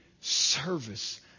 service